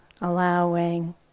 allowing